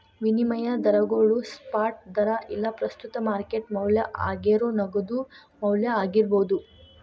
ವಿನಿಮಯ ದರಗೋಳು ಸ್ಪಾಟ್ ದರಾ ಇಲ್ಲಾ ಪ್ರಸ್ತುತ ಮಾರ್ಕೆಟ್ ಮೌಲ್ಯ ಆಗೇರೋ ನಗದು ಮೌಲ್ಯ ಆಗಿರ್ಬೋದು